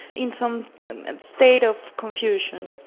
in some and state of confusion.